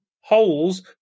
holes